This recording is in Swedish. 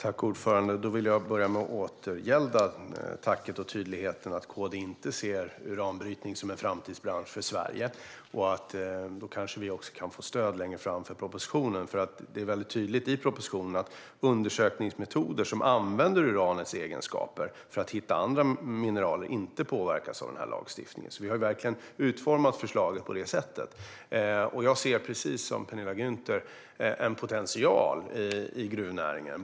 Herr talman! Jag vill börja med att återgälda tacket och tacka för tydligheten med att KD inte ser uranbrytning som en framtidsbransch för Sverige. Då kanske vi också kan få stöd längre fram för propositionen. Det är väldigt tydligt i propositionen att undersökningsmetoder som använder uranets egenskaper för att hitta andra mineraler inte påverkas av lagstiftningen. Vi har verkligen utformat förslaget på det sättet. Jag ser precis som Penilla Gunther en potential i gruvnäringen.